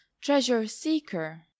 treasure-seeker